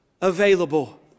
available